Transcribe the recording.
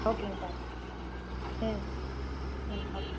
ஓகேங் சார் ம் ம் ஓகே